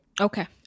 Okay